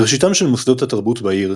ראשיתם של מוסדות התרבות בעיר,